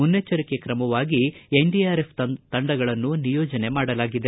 ಮುನ್ನೆಚ್ಚರಿಕೆ ತ್ರಮವಾಗಿ ಎನ್ಡಿಆರ್ಎಫ್ ತಂಡಗಳನ್ನು ನಿಯೋಜನೆ ಮಾಡಲಾಗಿದೆ